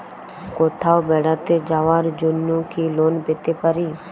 কোথাও বেড়াতে যাওয়ার জন্য কি লোন পেতে পারি?